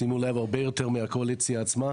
שימו לב, הרבה יותר מהקואליציה עצמה.